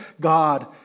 God